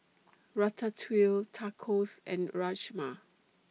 Ratatouille Tacos and Rajma